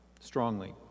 strongly